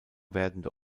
werdende